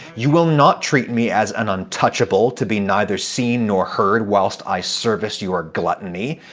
you will not treat me as an untouchable, to be neither seen nor heard whilst i service your gluttony.